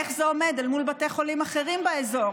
איך זה עומד אל מול בתי חולים אחרים באזור,